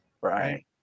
Right